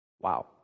Wow